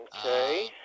Okay